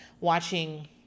watching